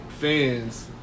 fans